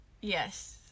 Yes